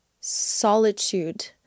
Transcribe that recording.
solitude